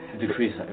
decrease